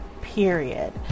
period